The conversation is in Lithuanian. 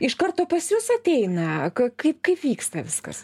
iš karto pas jus ateina kaip kaip vyksta viskas